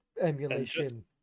emulation